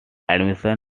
admission